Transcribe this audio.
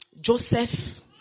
Joseph